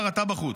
כבר אתה בחוץ.